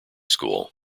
school